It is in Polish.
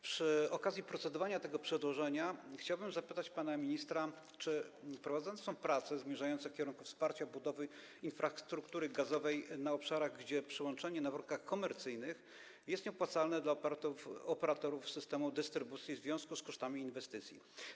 Przy okazji procedowania nad tym przedłożeniem chciałbym zapytać pana ministra: Czy prowadzone są prace zmierzające w kierunku wsparcia budowy infrastruktury gazowej na obszarach, gdzie przyłączenie na warunkach komercyjnych jest nieopłacalne dla operatorów systemu dystrybucji w związku z kosztami inwestycji?